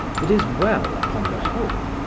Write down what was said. it is well, upon the whole,